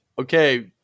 okay